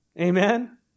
Amen